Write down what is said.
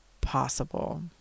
possible